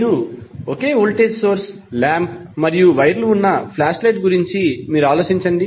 మీరు ఒకే voltage source lamp మరియు వైర్లు ఉన్న ఫ్లాష్ లైట్ గురించి మీరు ఆలోచించండి